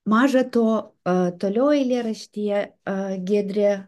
maža to toliau eilėraštyje a giedrė